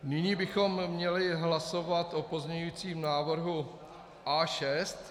Nyní bychom měli hlasovat o pozměňujícím návrhu A6.